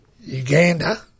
Uganda